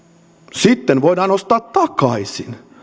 sitten voidaan ostaa takaisin